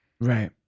Right